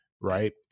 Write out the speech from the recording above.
right